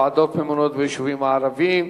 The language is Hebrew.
ועדות ממונות ביישובים הערביים,